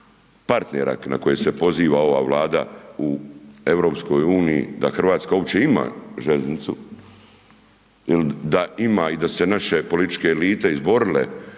partnera na koje se poziva ova Vlada u EU da Hrvatska uopće ima željeznicu, da ima i da su se naše političke elite izborile